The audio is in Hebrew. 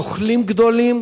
נוכלים גדולים,